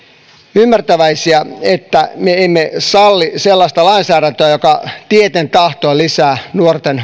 ymmärtäväisiä että me emme salli sellaista lainsäädäntöä joka tieten tahtoen lisää nuorten